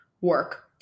work